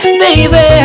baby